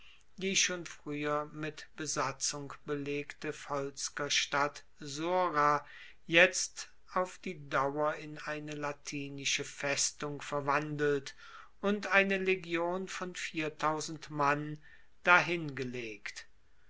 die schon frueher mit besatzung belegte volskerstadt sora jetzt auf die dauer in eine latinische festung verwandelt und eine legion von mann dahin gelegt